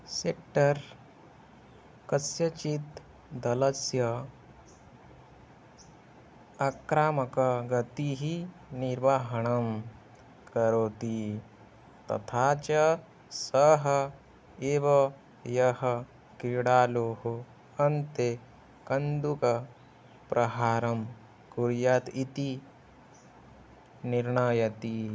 sector कस्यचित् दलस्य आक्रामकगतीः निर्वहणं करोति तथा च सः एव यः क्रीडालुः अन्ते कन्दुकप्रहारं कुर्यात् इति निर्णयति